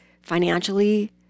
financially